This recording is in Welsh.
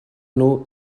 nhw